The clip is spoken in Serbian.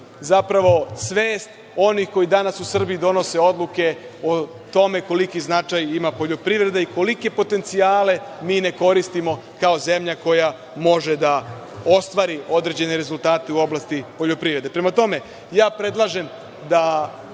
zapravo svest onih koji danas u Srbiji donose odluke o tome koliki značaj ima poljoprivreda i kolike potencijale mi ne koristimo kao zemlja koja može da ostvari određene rezultate u oblasti poljoprivrede. Prema tome, predlažem da